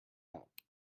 out